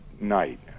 night